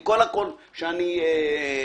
עם כל הקול שאני מרים.